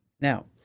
Now